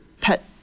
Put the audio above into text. pet